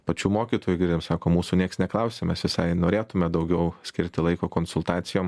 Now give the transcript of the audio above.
pačių mokytojų girdim sako mūsų nieks neklausia mes visai norėtume daugiau skirti laiko konsultacijom